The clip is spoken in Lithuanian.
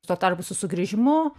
tuo tarpu su sugrįžimu